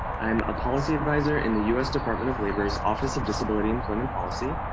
i'm a policy advisor in the us department of labor's office of disability employment policy.